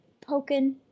poking